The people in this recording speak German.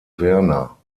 werner